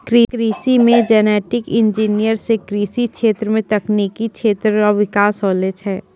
कृषि मे genetic engineer से कृषि क्षेत्र मे तकनिकी क्षेत्र रो बिकास होलो छै